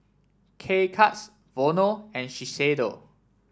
K Cuts Vono and Shiseido